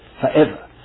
forever